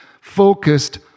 focused